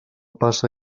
passa